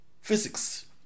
physics